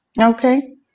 Okay